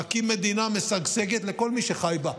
להקים מדינה משגשגת לכל מי שחי בה.